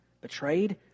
betrayed